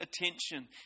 attention